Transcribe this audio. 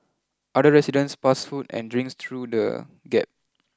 other residents passed food and drinks through the gap